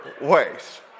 ways